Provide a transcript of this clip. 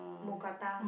Mookata